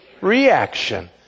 Reaction